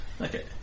Okay